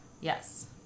Yes